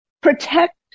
protect